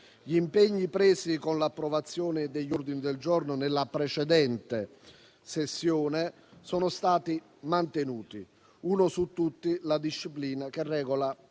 Gli impegni presi con l'approvazione degli ordini del giorno nella precedente sessione sono stati mantenuti: uno su tutti, la disciplina che regola il